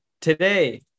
today